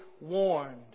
warned